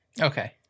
Okay